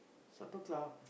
Supper Club